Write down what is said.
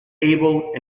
able